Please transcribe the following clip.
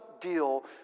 deal